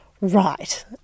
Right